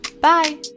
Bye